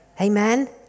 Amen